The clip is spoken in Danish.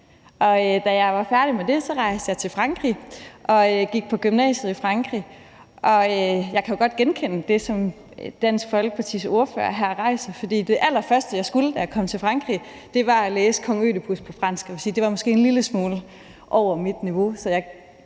Da jeg var færdig med det, rejste jeg til Frankrig og gik på gymnasiet der. Jeg kan jo godt genkende det, som Dansk Folkepartis ordfører her rejser, for det allerførste, jeg skulle, da jeg kom til Frankrig, var at læse »Kong Ødipus« på fransk, og jeg vil sige, at det måske var en lille smule over mit niveau.